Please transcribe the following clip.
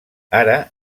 ara